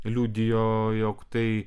liudijo jog tai